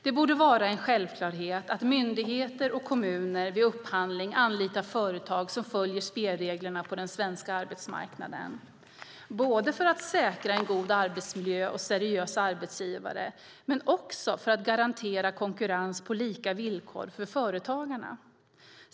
Det borde vara en självklarhet att myndigheter och kommuner vid upphandling anlitar företag som följer spelreglerna på den svenska arbetsmarknaden, både för att säkra en god arbetsmiljö och seriösa arbetsgivare och för att garantera konkurrens på lika villkor för företagarna.